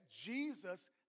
Jesus